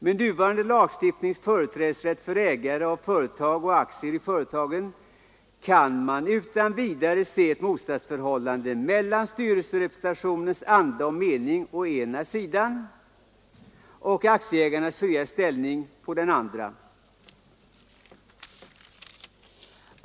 Med nuvarande lagstiftnings företrädesrätt för ägare av företag och aktier i företagen kan man utan vidare se ett motsatsförhållande mellan styrelserepresentationens anda och mening å ena sidan och aktieägarnas friare ställning å den andra.